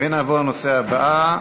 נעבור לנושא הבא: